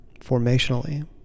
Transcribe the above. formationally